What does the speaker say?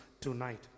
tonight